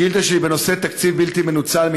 השאילתה שלי היא בנושא תקציב בלתי מנוצל: